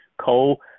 coal